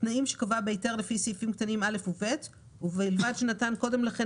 תנאים שקבע בהיתר לפי סעיפים קטני ם (א) ו־(ב) ובלבד שנתן קודם לכן